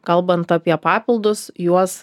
kalbant apie papildus juos